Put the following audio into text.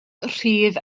rhydd